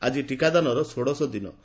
ଆକି ଟିକାଦାନର ଷୋଡ଼ଶ ଦିବସ